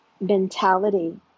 mentality